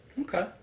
Okay